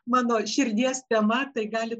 mano širdies tema tai gali